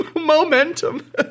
momentum